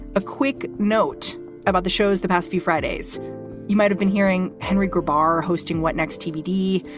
a quick note about the shows. the past few fridays you might have been hearing henry garba hosting what next tbd.